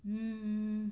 mm